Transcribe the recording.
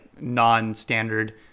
non-standard